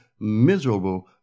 miserable